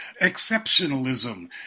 exceptionalism